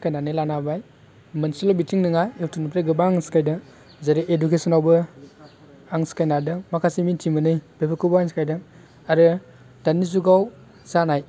सिखायनानै लानो हाबाय मोसेल' बिथिं नोङा इउटुपनिफ्राइ गोबां सिखायदों जेरै इडुकेशनावबो आं सिखायनो हादों माखासे मिथिमोनि बेफोरखौबो आं सिखायदों आरो दानि जुगाव जानाय